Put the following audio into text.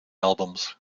albums